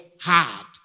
hard